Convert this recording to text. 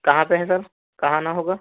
कहाँ पर है सर कहाँ आना होगा